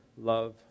love